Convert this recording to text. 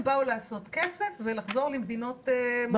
הם באו לעשות כסף ולחזור למדינות מוצאם.